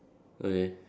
okay